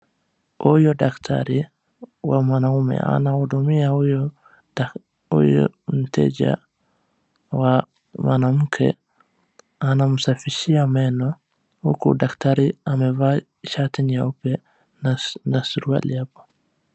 Huyu daktari wa mwanaume anamhudumia huyu mteja wa mwanamke, anamsafishia meno huku daktari amevaa shati nyeupe na suruali hapo.